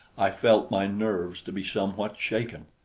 i felt my nerves to be somewhat shaken.